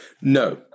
No